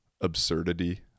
absurdity